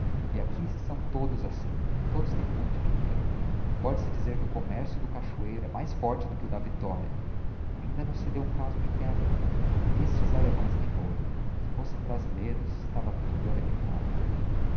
e aqui são todos assim todos têm muito dinheiro póde-se dizer que o commercio do cachoeiro é mais forte do que o da victoria ainda não se deu um caso de quebra estes allemães têm olho si fossem brasileiros estava tudo